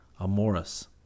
amoris